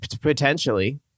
potentially